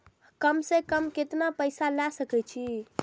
कम से कम केतना पैसा ले सके छी?